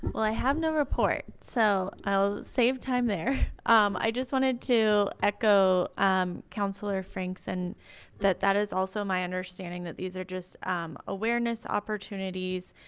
i have no report, so i'll save time there i just wanted to echo um councillor franks and that that is also my understanding that these are just awareness opportunities